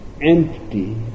empty